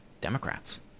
democrats